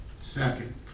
Second